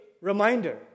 reminder